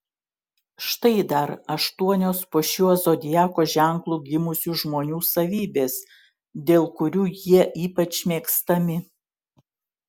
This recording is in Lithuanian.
štai dar aštuonios po šiuo zodiako ženklu gimusių žmonių savybės dėl kurių jie ypač mėgstami